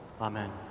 Amen